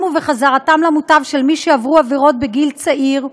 ובהחזרתם למוטב של מי שעברו עבירות בגיל צעיר,